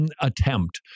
attempt